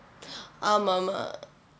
ஆமாம் ஆமாம்:aamaam aamaam